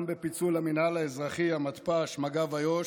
גם בפיצול המינהל המזרחי, המתפ"ש, מג"ב איו"ש.